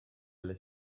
alle